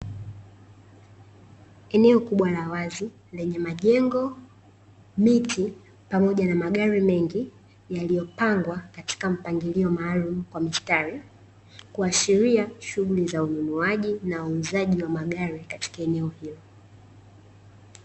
Eneo kubwa la wazi lenye majengo, miti pamoja na magari mengi yaliyopangwa katika mpangilio maalum kwa mistari kuashiria shughuli za ununuaji na uuzaji wa magari katika eneo hilo.